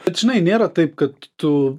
bet žinai nėra taip kad tu